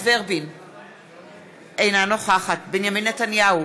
בוא,